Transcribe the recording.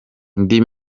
indi